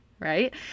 right